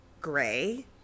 gray